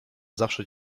zawsze